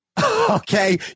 Okay